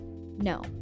no